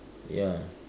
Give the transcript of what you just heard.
ya